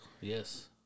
yes